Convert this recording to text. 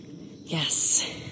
Yes